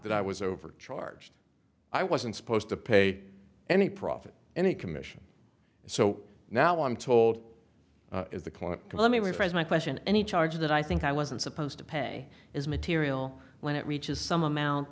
that i was overcharged i wasn't supposed to pay any profit any commission so now i'm told if the client let me rephrase my question any charge that i think i wasn't supposed to pay is material when it reaches some amount